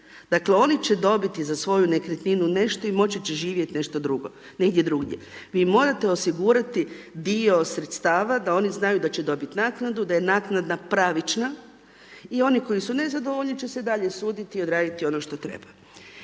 Dakle oni će dobiti za svoju nekretninu nešto i moći će živjeti negdje drugdje. Vi morate osigurati dio sredstava da oni znaju da će dobiti naknadu, da je naknada pravična. I oni koji su nezadovoljni će se i dalje suditi i odraditi ono što treba.